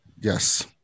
Yes